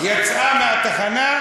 יצאה מהתחנה,